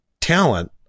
Talent